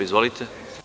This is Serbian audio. Izvolite.